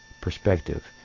perspective